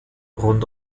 rund